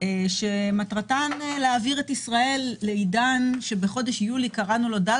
שמטרתן להעביר את ישראל לעידן שבחודש יולי קראנו לו "דל